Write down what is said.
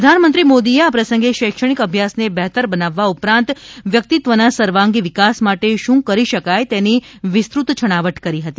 પ્રધાનમંત્રી મોદીએ આ પ્રસંગે શૈક્ષણિક અભ્યાસને બહેતર બનાવવા ઉપરાંત વ્યક્તિત્વ ના સર્વાંગી વિકાસ માટે શું શું કરી શકાય તેની વિસ્તૃત છણાવટ કરી હતી